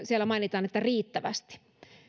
siellä mainitaan että riittävästi